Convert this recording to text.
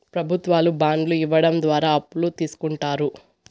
ప్రభుత్వాలు బాండ్లు ఇవ్వడం ద్వారా అప్పులు తీస్కుంటారు